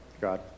God